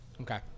Okay